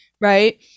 right